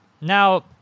Now